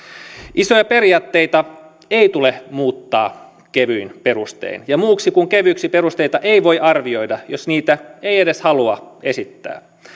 isoja periaatteita ei tule muuttaa kevyin perustein ja muiksi kuin kevyiksi perusteita ei voi arvioida jos niitä ei edes halua esittää